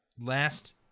Last